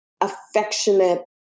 affectionate